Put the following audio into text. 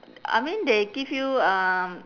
I mean they give you um